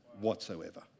whatsoever